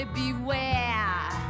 beware